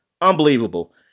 Unbelievable